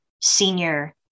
senior